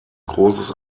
großes